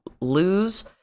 lose